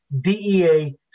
DEA